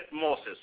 Moses